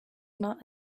not